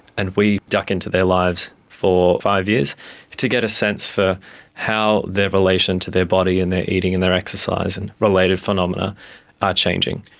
and we duck into their lives for five years to get a sense for how their relation to their body and their eating and their exercise and related phenomena are changing.